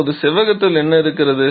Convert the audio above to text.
இப்போது செவ்வகத்தில் என்ன இருக்கிறது